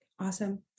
Awesome